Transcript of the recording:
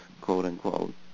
quote-unquote